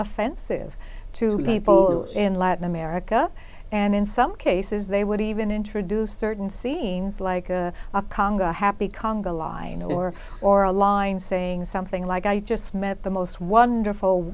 offensive to people in latin america and in some cases they would even introduce certain scenes like a happy conga line or or a line saying something like i just met the most wonderful